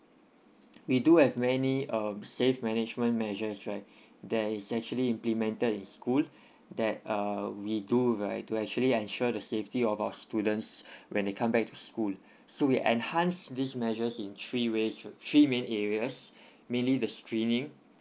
we do have many um safe management measures right there is actually implemented in school that uh we do right to actually ensure the safety of our students when they come back to school so we enhance these measures in three ways three main areas mainly the screening